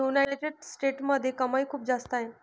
United स्टेट्समध्ये कमाई खूप जास्त आहे